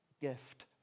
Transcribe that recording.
gift